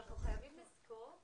אנחנו חייבים לזכור,